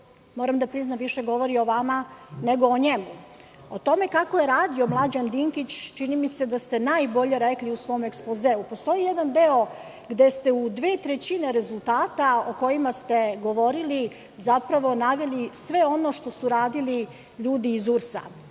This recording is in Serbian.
moram da priznam više govori o vama nego o njemu. O tome kako je radio Mlađan Dinkić, čini mi se da ste najbolje rekli u svom ekspozeu. Postoji jedan deo gde ste u dve trećine rezultata o kojima ste govorili, zapravo naveli sve ono što su radili ljudi iz URS.